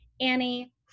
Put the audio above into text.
Annie